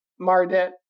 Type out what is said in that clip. Mardet